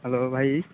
hello ଭାଇ